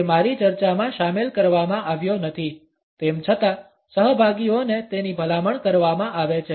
તે મારી ચર્ચામાં શામેલ કરવામાં આવ્યો નથી તેમ છતાં સહભાગીઓને તેની ભલામણ કરવામાં આવે છે